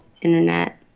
internet